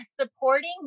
supporting